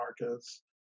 markets